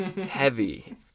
Heavy